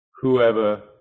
whoever